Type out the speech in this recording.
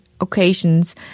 occasions